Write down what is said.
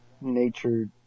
nature